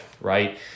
right